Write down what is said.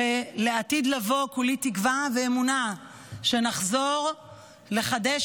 שלעתיד לבוא כולי תקווה ואמונה שנחזור לחדש